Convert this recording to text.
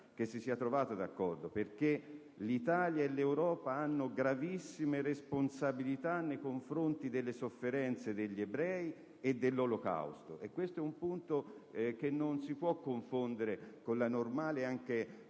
si sia trovato d'accordo. L'Italia e l'Europa hanno gravissime responsabilità nei confronti delle sofferenze degli ebrei e dell'Olocausto: questo è un punto che non si può confondere con la normale, ed anche